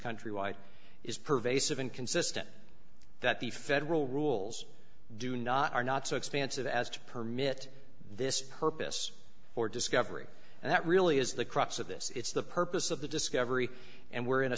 countrywide is pervasive and consistent that the federal rules do not are not so expansive as to permit this purpose or discovery and that really is the crux of this it's the purpose of the discovery and we're in a